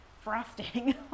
frosting